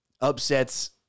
Upsets